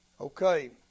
Okay